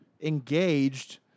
engaged